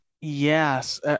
Yes